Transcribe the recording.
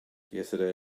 yesterday